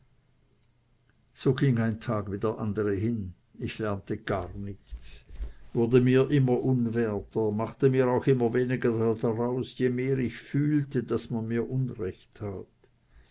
so ging ein tag wie der andere hin ich lernte gar nichts wurde immer unwerter machte mir auch immer weniger daraus je mehr ich fühlte daß man mir unrecht tat